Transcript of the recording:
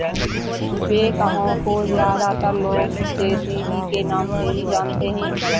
backhoe को ज्यादातर लोग जे.सी.बी के नाम से भी जानते हैं